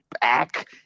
back